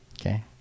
Okay